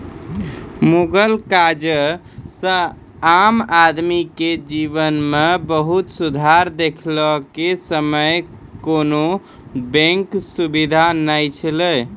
मुगल काजह से आम आदमी के जिवन मे बहुत सुधार देखे के समय मे कोनो बेंक सुबिधा नै छैले